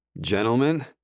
Gentlemen